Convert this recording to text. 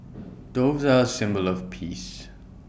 doves are symbol of peace